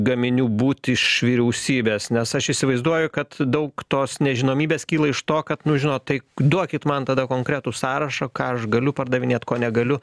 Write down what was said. gaminių būt iš vyriausybės nes aš įsivaizduoju kad daug tos nežinomybės kyla iš to kad nu žinot tai duokit man tada konkretų sąrašą ką aš galiu pardavinėt ko negaliu